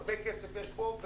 הרבה כסף יש פה.